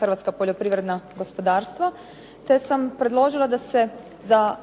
hrvatska poljoprivredna gospodarstva, te sam predložila da se za